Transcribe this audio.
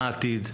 מה העתיד?